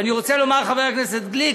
ואני רוצה לומר לחבר הכנסת גליק,